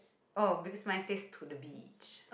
oh because my says to the beach